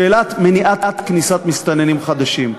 שאלת מניעת כניסת מסתננים חדשים.